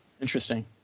Interesting